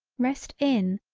rest in,